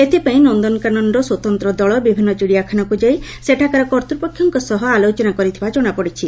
ଏଥିପାଇଁ ନନ୍ଦନକାନନର ସ୍ୱତନ୍ତ ଦଳ ବିଭିନ୍ନ ଚିଡ଼ିଆଖାନାକୁ ଯାଇ ସେଠାକାର କର୍ତ୍ତୁପକ୍ଷଙ୍କ ସହ ଆଲୋଚନା କରିଥିବା ଜଣାପଡ଼ିଛି